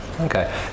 Okay